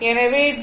எனவே டி